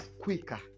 quicker